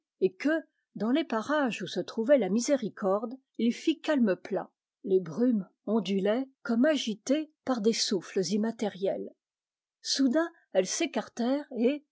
et que dans les parages où se trouvait la miséricorde il fit calme plat les brumes ondulaient comme agitées par des souffles immatériels soudain elles s'écartèrent et